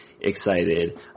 excited